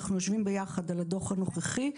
נשב ביחד על הדוח הנוכחי.